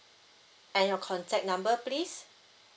and your contact number please